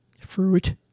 fruit